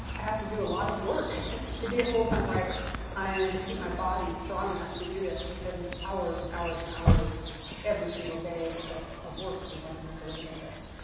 i have to do a lot of work to be a full-time writer and to keep my body strong enough to do this because it's hours and hours and hours every single day of of work if you want to make a living at this.